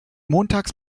montags